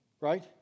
right